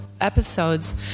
episodes